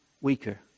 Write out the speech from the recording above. weaker